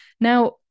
Now